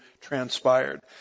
transpired